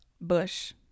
Bush